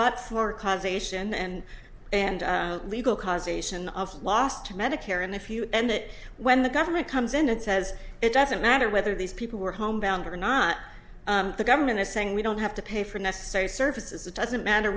for causation and and legal causation of loss to medicare and if you end it when the government comes in and says it doesn't matter whether these people were homebound or not the government is saying we don't have to pay for necessary services it doesn't matter